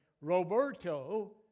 Roberto